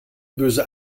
böse